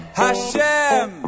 hashem